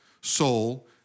soul